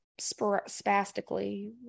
spastically